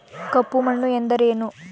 ಕಪ್ಪು ಮಣ್ಣು ಎಂದರೇನು?